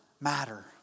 matter